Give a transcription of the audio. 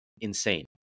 insane